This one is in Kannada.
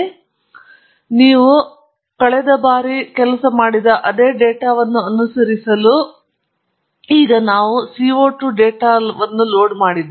ಆದ್ದರಿಂದ ನಾವು ಕೊನೆಯ ಬಾರಿ ಕೆಲಸ ಮಾಡಿದ ಅದೇ ಡೇಟಾವನ್ನು ಅನುಸರಿಸಲು ಇದು CO 2 ಡೇಟಾವನ್ನು ಲೋಡ್ ಮಾಡಿತು